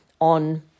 on